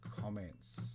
comments